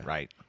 Right